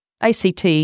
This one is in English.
ACT